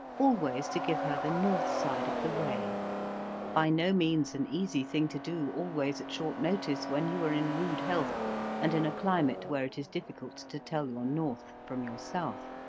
always to give her the north side of the way by no means an easy thing to do always at short notice when you are in rude health and in a climate where it is difficult to tell your north from your south.